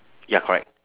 ya correct